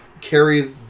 carry